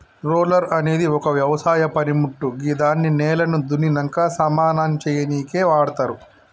roller అనేది ఒక వ్యవసాయ పనిమోట్టు గిదాన్ని నేలను దున్నినంక సమానం సేయనీకి వాడ్తరు